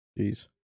Jeez